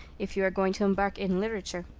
if you are going to embark in literature.